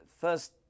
First